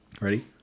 Ready